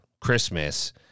Christmas